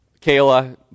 Kayla